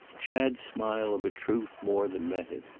chad's smile of a truth more than met it.